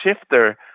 Shifter